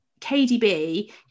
KDB